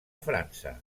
frança